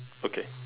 okay